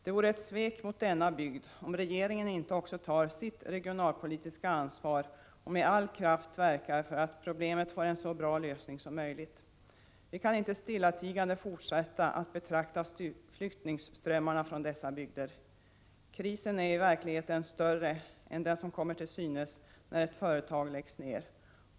Det vore ett svek mot denna bygd om regeringen inte också tar sitt regionalpolitiska ansvar och med all kraft verkar för att problemet får en så bra lösning som möjligt. Vi kan inte stillatigande fortsätta att betrakta flyttningsströmmarna från dessa bygder. Krisen är i verkligheten större än den som kommer till synes när ett företag läggs ned.